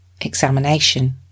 examination